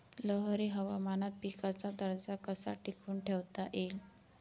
लहरी हवामानात पिकाचा दर्जा कसा टिकवून ठेवता येईल?